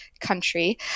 country